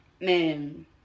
man